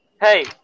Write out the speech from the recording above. Hey